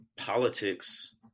politics